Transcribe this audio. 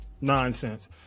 nonsense